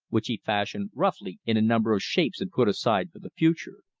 which he fashioned roughly in a number of shapes and put aside for the future.